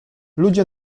ludzie